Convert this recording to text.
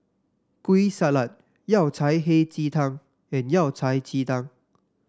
Kueh Salat Yao Cai Hei Ji Tang and Yao Cai Ji Tang